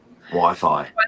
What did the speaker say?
Wi-Fi